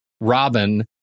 Robin